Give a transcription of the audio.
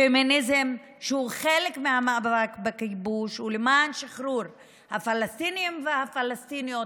פמיניזם שהוא חלק מהמאבק בכיבוש ולמען שחרור הפלסטינים והפלסטיניות,